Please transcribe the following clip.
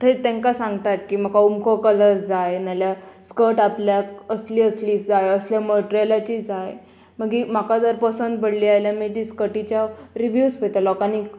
थंय तांकां सांगतात की म्हाका उमको कलर जाय नाल्या स्कर्ट आपल्याक असली असली जाय असल्या मटेरियलाची जाय मागी म्हाका जर पसंद पडली जाल्यार मागीर ती स्कर्टीच्या रिव्यूज पळयतां लोकांनी